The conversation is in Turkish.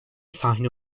sahne